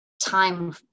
time